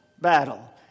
battle